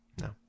No